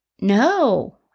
No